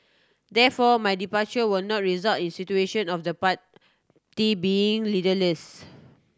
therefore my departure will not result in situation of the party being leaderless